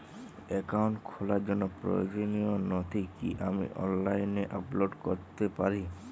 Account খোলার জন্য প্রয়োজনীয় নথি কি আমি অনলাইনে আপলোড করতে পারি?